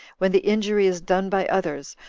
when the injury is done by others,